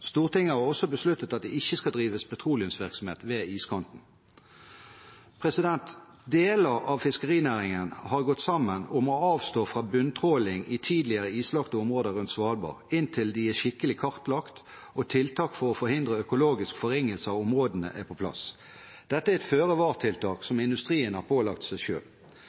Stortinget har også besluttet at det ikke skal drives petroleumsvirksomhet ved iskanten. Deler av fiskerinæringen har gått sammen om å avstå fra bunntråling i tidligere islagte områder rundt Svalbard inntil de er skikkelig kartlagt og tiltak for å forhindre økologisk forringelse av områdene er på plass. Dette er et føre-var-tiltak som industrien har pålagt seg